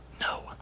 No